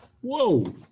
Whoa